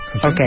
Okay